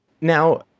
Now